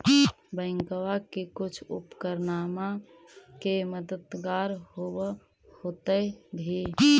बैंकबा से कुछ उपकरणमा के मददगार होब होतै भी?